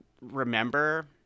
remember